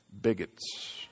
bigots